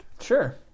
sure